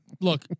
Look